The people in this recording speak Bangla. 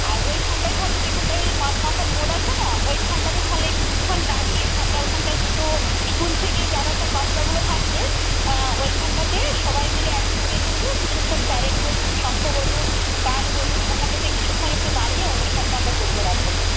আর ওইখানটায় তাহলে যেখানটায় ওই পাঁচ মাথার মোড় আছে না ওইখানটাতে তাহলে কিছুক্ষণ দাঁড়িয়ে আমরা ওখানটায় দুটো স্কুল থেকে যারা সব বাচ্চাগুলো থাকছে ওইখানটাতে সবাই মিলে একসঙ্গে কিন্তু কিছুক্ষণ প্যারেড বলুন শঙ্খ বলুন গান বলুন ওখানটাতে কিছুক্ষণ একটু দাঁড়িয়ে অনুষ্ঠানটা আমরা করবো রাস্তাতেই